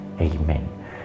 Amen